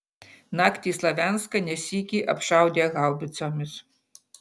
naktį slavianską ne sykį apšaudė haubicomis